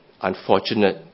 unfortunate